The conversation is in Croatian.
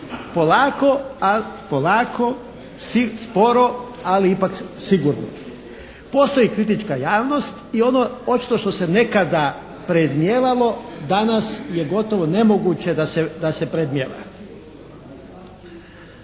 polako, sporo, ali ipak sigurno. Postoji kritička javnost i ono očito što se nekada predmnijevalo danas je gotovo nemoguće da se predmnijeva.